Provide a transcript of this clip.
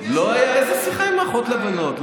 לא היה, איזה שיחה עם האחות לבנות?